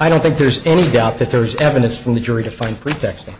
i don't think there's any doubt that there's evidence from the jury to find pretext